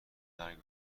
مرگ